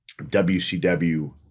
WCW